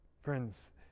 Friends